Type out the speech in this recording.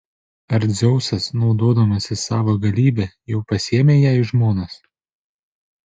ar dzeusas naudodamasis savo galybe jau pasiėmė ją į žmonas